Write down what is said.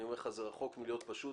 אני אומר לך: זה רחוק מלהיות פשוט.